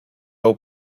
will